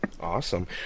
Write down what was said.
Awesome